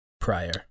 prior